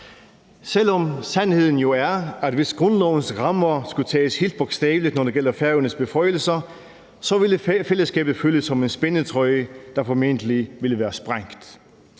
selv om sandheden jo er, at hvis grundlovens rammer skulle tages helt bogstaveligt, når det gælder Færøernes beføjelser, ville fællesskabet føles som en spændetrøje, der formentlig ville være sprængt.